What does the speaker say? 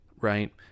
right